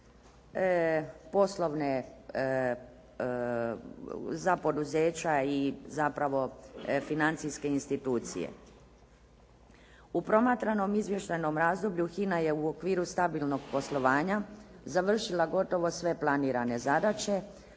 poslovne, za poduzeća i zapravo financijske institucije. U promatranom izvještajnom razdoblju HINA je u okviru stabilnog poslovanja završila gotovo sve planirane zadaće